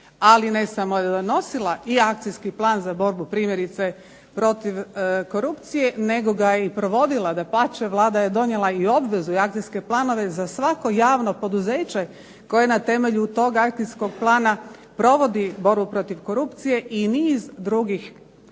da je donosila i akcijski plan za borbu primjerice, protiv korupcije nego ga je provodila, dapače Vlada je donijela i obvezu i akcijske planove za svako javno poduzeće, koje na temelju tog akcijskog plana provodi borbu protiv korupcije i niz drugih